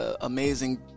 amazing